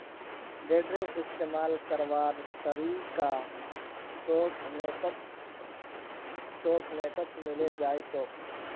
टेडरेर इस्तमाल करवार तरीका तोक नेटत मिले जई तोक